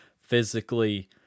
physically